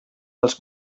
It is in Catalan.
dels